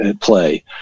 play